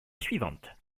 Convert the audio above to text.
suivante